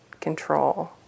control